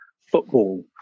football